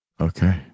okay